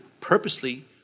purposely